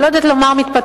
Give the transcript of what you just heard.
אני לא יודעת לומר מתפתחת,